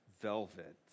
velvet